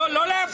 הגישה שלנו זהה.